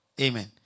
Amen